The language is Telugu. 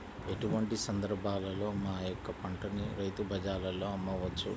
ఎటువంటి సందర్బాలలో మా యొక్క పంటని రైతు బజార్లలో అమ్మవచ్చు?